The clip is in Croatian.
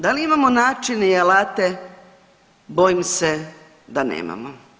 Da li imamo načine i alate, bojim se da nemamo.